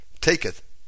taketh